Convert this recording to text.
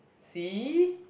see